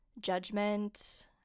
judgment